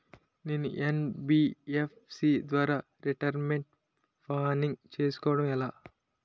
నేను యన్.బి.ఎఫ్.సి ద్వారా retirement planning చేసుకోవడం ఎలా?